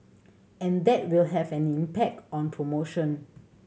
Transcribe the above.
and that will have an impact on promotion